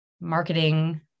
marketing